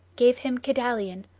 gave him kedalion,